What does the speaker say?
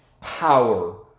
power